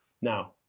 Now